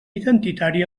identitari